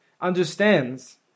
understands